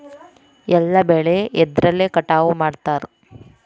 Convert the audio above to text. ಎಲ್ಲ ಬೆಳೆ ಎದ್ರಲೆ ಕಟಾವು ಮಾಡ್ತಾರ್?